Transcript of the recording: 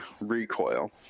recoil